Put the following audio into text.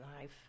life